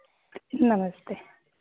नमस्ते